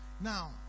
Now